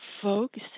folks